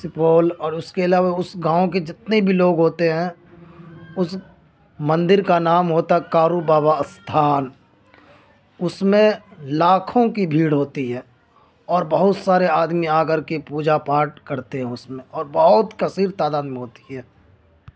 سپول اور اس کے علاوہ اس گاؤں کے جتنے بھی لوگ ہوتے ہیں اس مندر کا نام ہوتا ہے کارو بابا استھان اس میں لاکھوں کی بھیڑ ہوتی ہے اور بہت سارے آدمی آکر کے پوجا پاٹ کرتے ہیں اس میں اور بہت کثیر تعداد میں ہوتی ہے